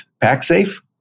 PackSafe